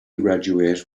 graduate